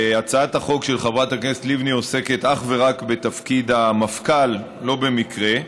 והצעת החוק של חברת הכנסת לבני עוסקת אך ורק בתפקיד המפכ"ל לא במקרה,